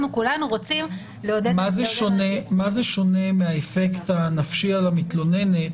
במה זה שונה מהאפקט הנפשי על המתלוננת,